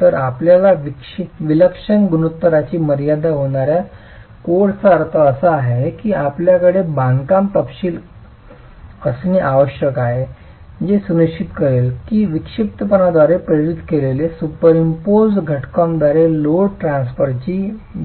तर आपल्याला विलक्षण गुणोत्तराची मर्यादा देणार्या कोडचा अर्थ असा आहे की आपल्याकडे बांधकाम तपशील असणे आवश्यक आहे जे सुनिश्चित करेल की विक्षिप्तपणा द्वारे प्रेरित केलेले सुपरइम्पोज्ड घटकांद्वारे लोड ट्रान्सफरची